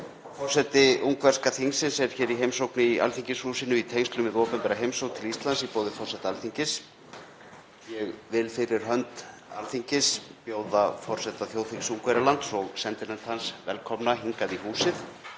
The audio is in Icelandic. Forseti ungverska þingsins er hér í heimsókn í Alþingishúsinu í tengslum við opinbera heimsókn til Íslands, í boði forseta Alþingis. Ég vil fyrir hönd Alþingis bjóða forseta þjóðþings Ungverjalands og sendinefnd hans velkomin í Alþingishúsið